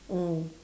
mm